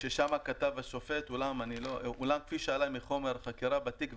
ושם כתב השופט: אולם כפי שעלה מחומר החקירה בתיק,